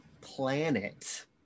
planet